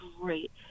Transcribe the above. great